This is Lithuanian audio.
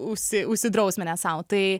užsi užsidrausminęs sau tai